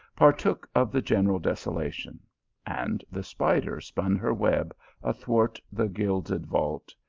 partook of the general desolation and the spider spun her web athwart the gilded vault,